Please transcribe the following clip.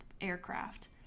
aircraft